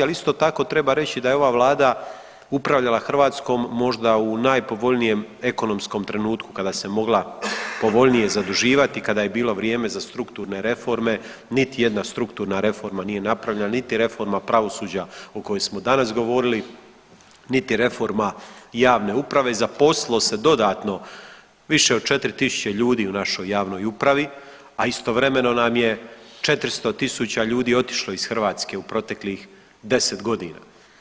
Ali isto tako treba reći da je ova vlada upravljala Hrvatskom možda u najpovoljnijem ekonomskom trenutku kada se mogla povoljnije zaduživati, kada je bilo vrijeme za strukturne reforme, niti jedna strukturna reforma nije napravljena, niti reforma pravosuđa o kojoj smo danas govorili, niti reforma javne uprave, zaposlilo se dodatno više od 4 tisuće ljudi u našoj javnoj upravi, a istovremeno nam je 400 tisuća ljudi otišlo iz Hrvatske u proteklih 10.g.